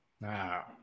Wow